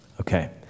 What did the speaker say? Okay